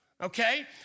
Okay